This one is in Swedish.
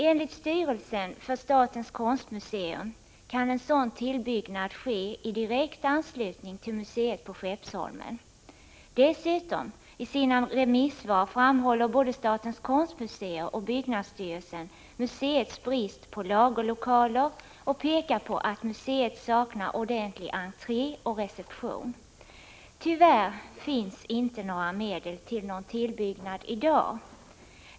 Enligt styrelsen för statens konstmuseer kan en sådan tillbyggnad göras i direkt anslutning till museet på Skeppsholmen. Dessutom framhåller både statens konstmuseer och byggnadsstyrelsen i sina remissvar museets brist på lagerlokaler och pekar på att museet saknar ordentlig entré och reception. Tyvärr finns inte några medel till någon tillbyggnad i dag.